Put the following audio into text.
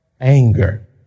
anger